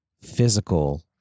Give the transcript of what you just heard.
physical